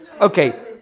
Okay